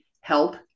help